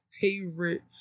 favorite